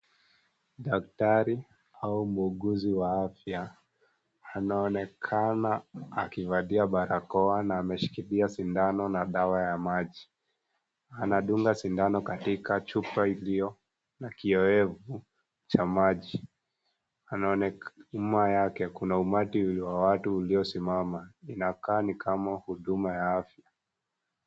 Daktari au muuguzi wa afya anaonekana akivalia barakoa na ameshikilia sindano na dawa ya maji. Anadunga sindano katika chupa iliyo na kiowevu cha maji. Nyuma yake kuna umati wa watu uliosimama, inakaa ni kama huduma ya afya .